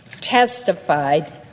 testified